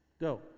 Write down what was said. Go